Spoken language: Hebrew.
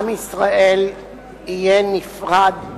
עם ישראל יהיה נפרד,